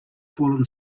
fallen